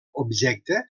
objecte